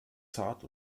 zart